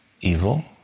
evil